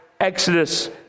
Exodus